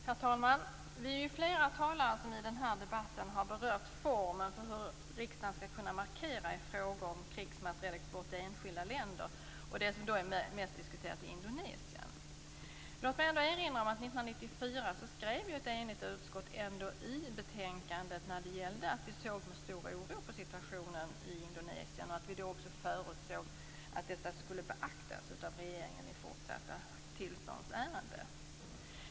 Herr talman! Vi är flera talare i debatten som har berört formen för hur riksdagen skall markera i frågor om krigsmaterielexport till enskilda länder. Det land vi mest har diskuterat är Indonesien. Låt mig erinra om att 1994 skrev ett enigt utskott i betänkandet att utskottet såg med stor oro på situationen i Indonesien. Utskottet förutsatte att regeringen skulle beakta detta i fortsatta tillståndsärenden.